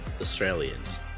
Australians